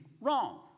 wrong